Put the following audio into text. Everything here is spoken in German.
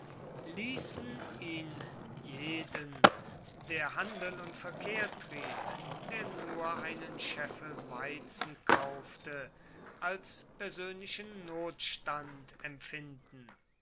ließen ihn jeden der handel und verkehr trieb der nur einen scheffel weizen kaufte als persönlichen notstand empfinden